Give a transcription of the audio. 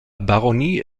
baronnie